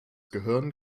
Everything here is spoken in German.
gehirn